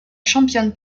championne